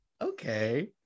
okay